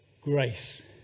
grace